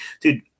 dude